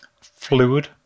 fluid